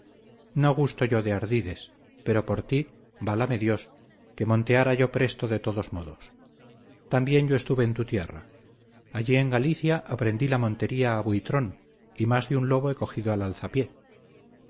no gusto yo de ardides pero por ti válame dios que monteara yo presto de todos modos también yo estuve en tu tierra allí en galicia aprendí la montería a buitrón y más de un lobo he cogido al alzapié